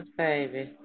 baby